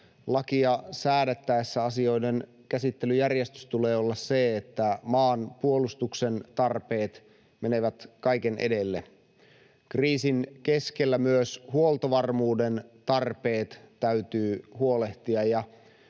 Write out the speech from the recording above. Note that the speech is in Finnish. lakia säädettäessä asioiden käsittelyjärjestyksen tulee olla se, että maanpuolustuksen tarpeet menevät kaiken edelle. Kriisin keskellä myös huoltovarmuuden tarpeista täytyy huolehtia.